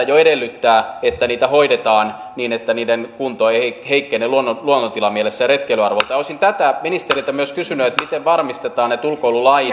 jo edellyttää että niitä hoidetaan niin että niiden kunto ei heikkene luonnontilamielessä ja retkeilyarvoltaan olisin tätä ministeriltä myös kysynyt että miten varmistetaan että ulkoilulain